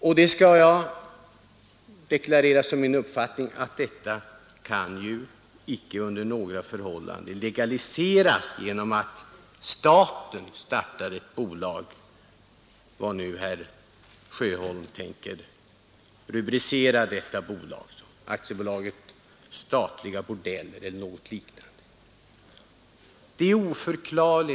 Jag vill deklarera min uppfattning att staten icke under några förhållanden bör legalisera bordellverksamhet genom startandet av ett bolag, herr Sjöholm har måhända tänkt sig att det skall kallas AB Statliga bordeller eller något liknande. Herr talman!